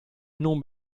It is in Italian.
non